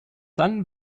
dann